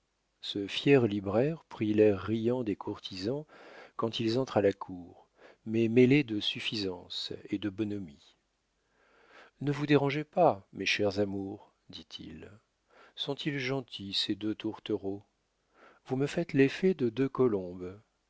ce fier libraire prit l'air riant des courtisans quand ils entrent à la cour mais mêlé de suffisance et de bonhomie ne vous dérangez pas mes chers amours dit-il sont-ils gentils ces deux tourtereaux vous me faites l'effet de deux colombes